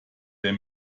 der